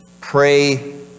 Pray